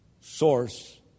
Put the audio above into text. source